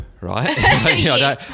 right